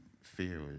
fear